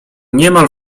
niemal